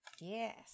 Yes